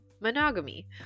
monogamy